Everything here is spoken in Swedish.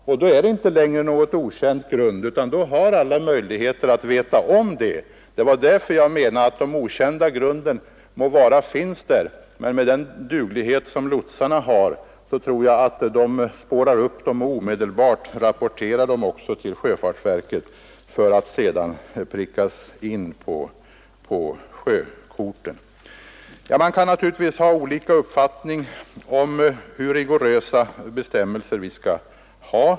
Och sedan är ju inte grundet okänt längre, utan då har alla möjlighet att få kännedom om det. Sedan kan man naturligtvis ha olika uppfattningar om hur rigorösa bestämmelser vi skall ha.